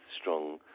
strong